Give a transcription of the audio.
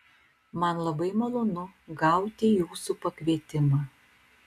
man labai malonu gauti jūsų pakvietimą